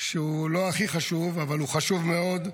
שהוא לא הכי חשוב, אבל הוא חשוב מאוד,